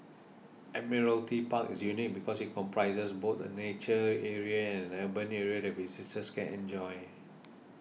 Admiralty Park is unique because it comprises both a nature area and an urban area that visitors can enjoy